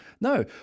No